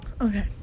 Okay